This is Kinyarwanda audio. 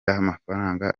y’amafaranga